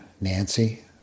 Nancy